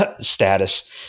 status